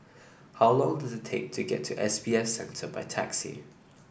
how long does it take to get to S B F Center by taxi